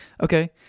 okay